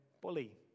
bully